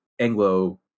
anglo